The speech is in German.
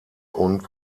und